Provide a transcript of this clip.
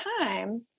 time